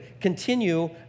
continue